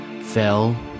fell